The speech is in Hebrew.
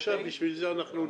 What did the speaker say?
אז בבקשה, בשביל זה אנחנו נקרא.